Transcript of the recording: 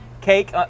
Cake